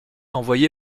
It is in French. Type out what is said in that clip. envoyé